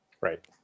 Right